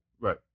Right